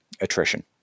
attrition